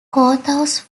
courthouse